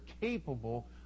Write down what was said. capable